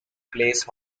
place